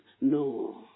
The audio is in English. No